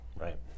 Right